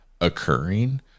occurring